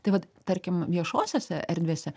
tai vat tarkim viešosiose erdvėse